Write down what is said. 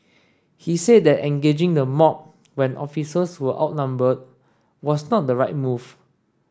he said that engaging the mob when officers were outnumbered was not the right move